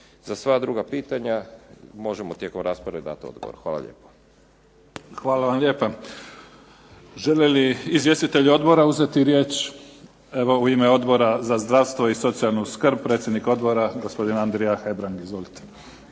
Za sva druga pitanja možemo tijekom rasprave dati odgovor. Hvala lijepa. **Mimica, Neven (SDP)** Hvala vam lijepa. Žele li izvjestitelji odbora uzeti riječ? Evo u ime Odbora za zdravstvo i socijalnu skrb predsjednik odbora, gospodin Andrija Hebrang. Izvolite.